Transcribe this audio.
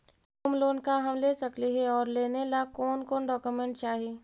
Home loan का हम ले सकली हे, और लेने ला कोन कोन डोकोमेंट चाही?